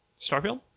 Starfield